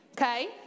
okay